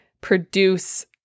produce